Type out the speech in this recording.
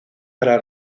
para